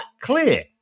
clear